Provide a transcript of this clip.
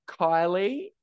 Kylie